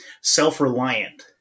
self-reliant